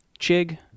Chig